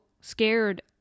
scared